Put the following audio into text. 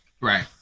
Right